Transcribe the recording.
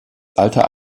alter